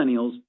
millennials